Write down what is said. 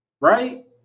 Right